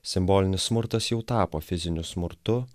simbolinis smurtas jau tapo fiziniu smurtu